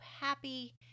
happy